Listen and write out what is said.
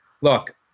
Look